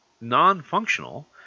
non-functional